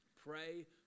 Pray